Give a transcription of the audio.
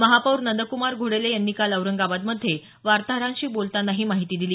महापौर नंदक्मार घोडेले यांनी काल औरंगाबादमध्ये वार्ताहरांशी बोलतांना ही माहिती दिली